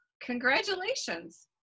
Congratulations